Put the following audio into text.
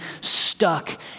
stuck